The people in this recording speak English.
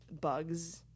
bugs